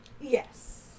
Yes